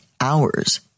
hours